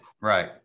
Right